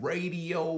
Radio